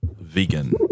vegan